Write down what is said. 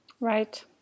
Right